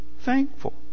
thankful